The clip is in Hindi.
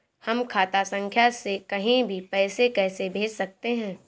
हम खाता संख्या से कहीं भी पैसे कैसे भेज सकते हैं?